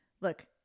look